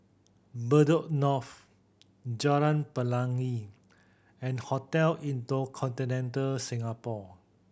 Bedok North Jalan Pelangi and Hotel InterContinental Singapore